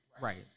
Right